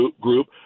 group